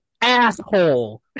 asshole